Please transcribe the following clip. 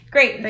Great